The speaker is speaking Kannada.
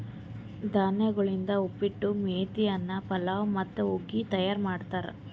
ಧಾನ್ಯಗೊಳಿಂದ್ ಉಪ್ಪಿಟ್ಟು, ಮೇತಿ ಅನ್ನ, ಪಲಾವ್ ಮತ್ತ ಹುಗ್ಗಿ ತೈಯಾರ್ ಮಾಡ್ತಾರ್